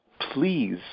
Please